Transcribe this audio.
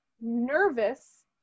nervous